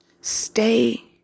Stay